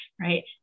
right